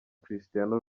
cristiano